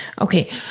Okay